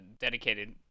dedicated